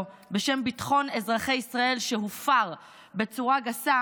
בשם ביטחון אזרחי ישראל שהופר בצורה גסה,